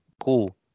Cool